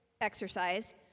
exercise